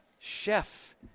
Chef